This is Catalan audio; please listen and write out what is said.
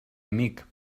amic